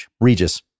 Regis